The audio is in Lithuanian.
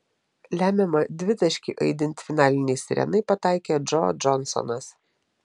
lemiamą dvitaškį aidint finalinei sirenai pataikė džo džonsonas